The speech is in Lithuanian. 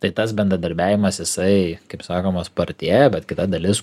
tai tas bendradarbiavimas jisai kaip sakoma spartėja bet kita dalis